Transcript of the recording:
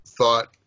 thought